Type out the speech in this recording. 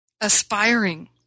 aspiring